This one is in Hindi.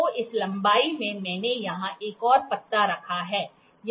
तो इस लंबाई में मैंने यहां एक और पत्ता रखा है